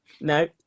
no